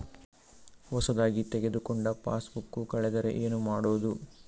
ಹೊಸದಾಗಿ ತೆಗೆದುಕೊಂಡ ಪಾಸ್ಬುಕ್ ಕಳೆದರೆ ಏನು ಮಾಡೋದು?